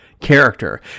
character